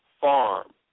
Farm